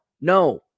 no